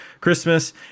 Christmas